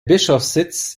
bischofssitz